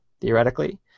Theoretically